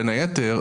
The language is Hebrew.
בין היתר,